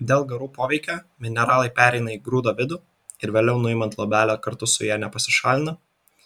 dėl garų poveikio mineralai pereina į grūdo vidų ir vėliau nuimant luobelę kartu su ja nepasišalina